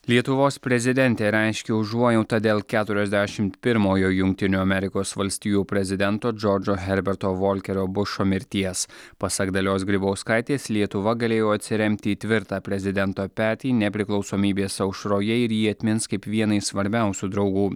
lietuvos prezidentė reiškia užuojautą dėl keturiasdešimt pirmojo jungtinių amerikos valstijų prezidento džordžo herberto volkerio bušo mirties pasak dalios grybauskaitės lietuva galėjo atsiremti į tvirtą prezidento petį nepriklausomybės aušroje ir jį atmins kaip vieną iš svarbiausių draugų